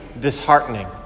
disheartening